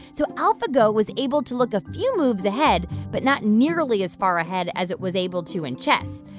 so alphago was able to look a few moves ahead but not nearly as far ahead as it was able to in chess.